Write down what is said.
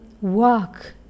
walk